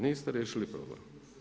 Niste riješili problem.